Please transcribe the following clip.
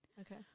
Okay